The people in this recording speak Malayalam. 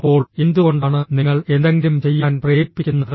അപ്പോൾ എന്തുകൊണ്ടാണ് നിങ്ങൾ എന്തെങ്കിലും ചെയ്യാൻ പ്രേരിപ്പിക്കുന്നത്